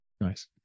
Nice